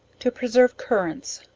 to preserve currants.